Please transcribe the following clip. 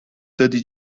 دادی